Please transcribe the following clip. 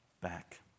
back